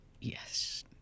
Yes